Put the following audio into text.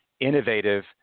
innovative